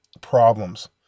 problems